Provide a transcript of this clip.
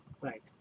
right